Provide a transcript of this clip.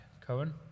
Cohen